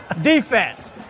defense